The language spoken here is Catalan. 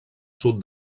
sud